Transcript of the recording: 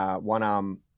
one-arm